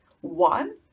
One